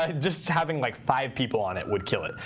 ah just having like five people on it would kill it.